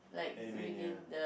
anywhere near